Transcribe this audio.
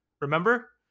Remember